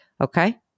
Okay